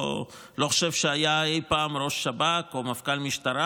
אני לא חושב שהיה אי פעם ראש שב"כ או מפכ"ל משטרה